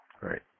right